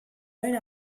era